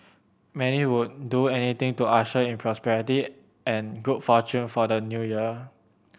many would do anything to usher in prosperity and good fortune for the New Year